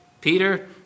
Peter